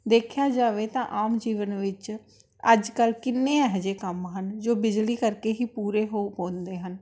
ਦੇਖਿਆ ਜਾਵੇ ਤਾਂ ਆਮ ਜੀਵਨ ਵਿੱਚ ਅੱਜ ਕੱਲ੍ਹ ਕਿੰਨੇ ਅਜਿਹੇ ਕੰਮ ਹਨ ਜੋ ਬਿਜਲੀ ਕਰਕੇ ਹੀ ਪੂਰੇ ਹੋ ਹੁੰਦੇ ਹਨ